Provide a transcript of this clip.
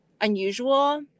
unusual